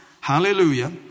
Hallelujah